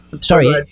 Sorry